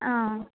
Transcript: ஆ